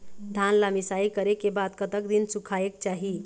धान ला मिसाई करे के बाद कतक दिन सुखायेक चाही?